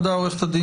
אני